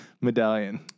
medallion